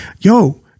yo